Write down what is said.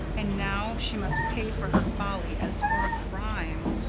and now she must pay for her folly as for a crime.